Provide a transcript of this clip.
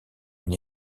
une